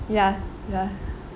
ya ya